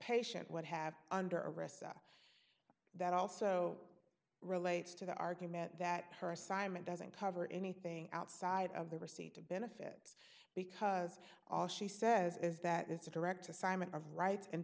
patient would have under arrest and that also relates to the argument that her assignment doesn't cover anything outside of the receipt to benefits because all she says is that it's a direct assignment of rights and